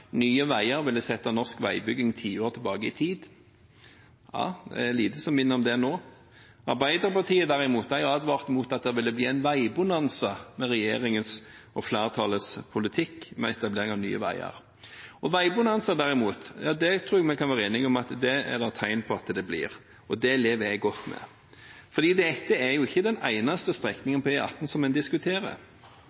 Nye Veier ville sette norsk veibygging ti år tilbake i tid. Det er lite som minner om det nå. Arbeiderpartiet, derimot, advarte mot at det ville bli en veibonanza med regjeringens og flertallets politikk med etablering av Nye Veier. Og veibonanza tror jeg vi kan være enige om at det er tegn på at det blir, og det lever jeg godt med. For dette er ikke den eneste